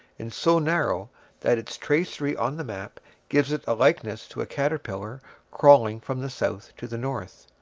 and so narrow that its tracery on the map gives it a likeness to a caterpillar crawling from the south to the north.